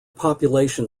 population